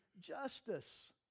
justice